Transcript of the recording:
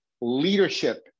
leadership